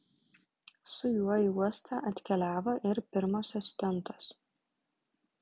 su juo į uostą atkeliavo ir pirmosios stintos